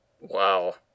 Wow